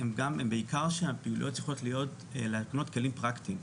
בעיקר שהפעילויות צריכות להקנות כלים פרטיים.